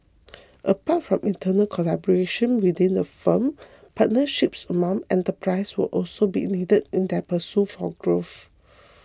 apart from internal collaboration within the firm partnerships among enterprises will also be needed in their pursuit for growth